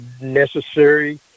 necessary